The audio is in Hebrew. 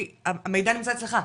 כי המידע נמצא אצלך,